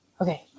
Okay